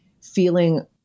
feeling